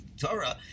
Torah